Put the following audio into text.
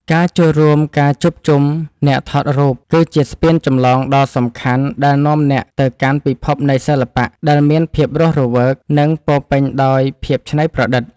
ការចូលរួមការជួបជុំអ្នកថតរូបគឺជាស្ពានចម្លងដ៏សំខាន់ដែលនាំអ្នកទៅកាន់ពិភពនៃសិល្បៈដែលមានភាពរស់រវើក និង ពោរពេញដោយភាពច្នៃប្រឌិត។